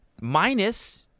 minus